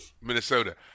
Minnesota